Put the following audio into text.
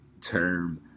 term